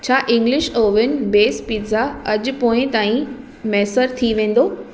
छा English oven base pizza अॼु पोएं ताईं मुयसरु थी वेंदो